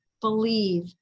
believe